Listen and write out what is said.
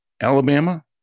Alabama